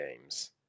games